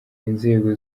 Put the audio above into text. inzego